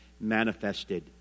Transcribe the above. manifested